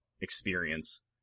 experience